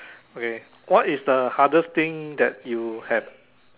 okay what is the hardest thing that you have